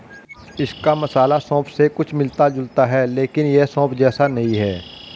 इसका मसाला सौंफ से कुछ मिलता जुलता है लेकिन यह सौंफ जैसा नहीं है